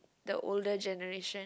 the older generation